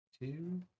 Two